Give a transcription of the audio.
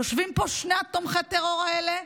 יושבים פה שני תומכי הטרור האלה,